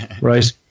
right